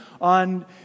on